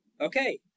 Okay